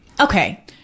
Okay